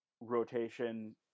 rotation